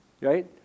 right